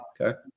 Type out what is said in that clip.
Okay